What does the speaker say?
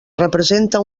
representa